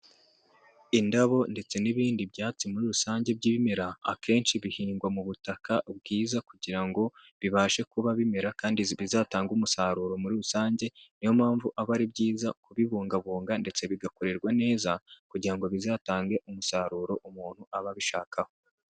Indabo ndetse n'ibindi byatsi muri rusange by'ibimera, akenshi bihingwa mu butaka bwiza kugira ngo bibashe kuba bimera, kandi zi bizatange umusaruro muri rusange, niyo mpamvu aba ari byiza kubibungabunga ndetse bigakorerwa neza, kugira ngo bizatange umusaruro umuntu aba abishakaho.